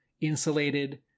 insulated